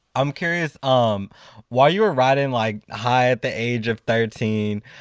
i'm curious. um while you were riding like high at the age of thirteen,